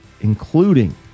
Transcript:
including